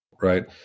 right